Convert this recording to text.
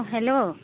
অঁ হেল্ল'